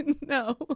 No